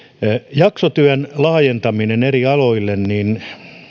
jaksotyön laajentaminen eri aloille